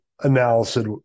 analysis